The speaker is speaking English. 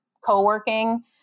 co-working